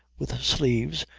with sleeves,